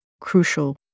crucial